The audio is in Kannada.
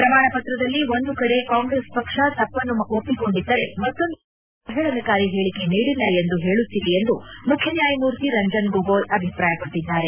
ಪ್ರಮಾಣಪತ್ರದಲ್ಲಿ ಒಂದು ಕಡೆ ಕಾಂಗ್ರೆಸ್ ಪಕ್ಷ ತಪ್ಪನ್ನು ಒಪ್ಪಿಕೊಂಡಿದ್ದರೆ ಮತ್ತೊಂದು ಕಡೆ ಯಾವುದೇ ಅವಹೇಳನಕಾರಿ ಹೇಳಿಕೆ ನೀಡಿಲ್ಲ ಎಂದು ಹೇಳುತ್ತಿದೆ ಎಂದು ಮುಖ್ಯ ನ್ಯಾಯಮೂರ್ತಿ ರಂಜನ್ ಗೊಗೋಯ್ ಅಭಿಪ್ರಾಯಪಟ್ಲದ್ದಾರೆ